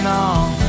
on